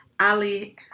Ali